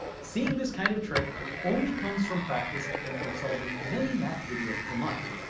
seeing this kind of trick only comes from practice, and from solving many math videos per month.